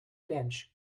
bench